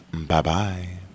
Bye-bye